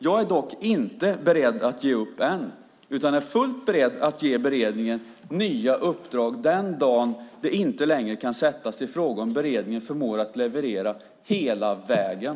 Jag är dock inte beredd att ge upp än utan jag är fullt beredd att ge beredningen nya uppdrag den dag det inte längre kan sättas i fråga om beredningen förmår att leverera hela vägen.